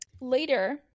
Later